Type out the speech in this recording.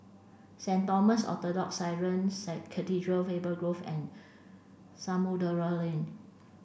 Saint Thomas Orthodox Syrian Cathedral Faber Grove and Samudera Lane